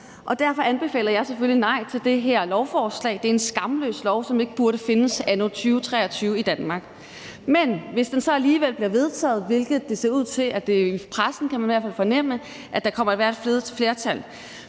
Derfor anbefaler jeg selvfølgelig et nej til det her lovforslag. Det er en skamløs lov, som ikke burde findes i Danmark anno 2023. Men hvis det så alligevel bliver vedtaget, hvilket det ser ud til at det gør – man kan i hvert fald fornemme i pressen, at der kommer flertal